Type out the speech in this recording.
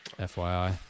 FYI